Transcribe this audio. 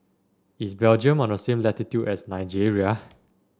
is Belgium on the same latitude as Nigeria